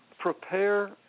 prepare